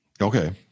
Okay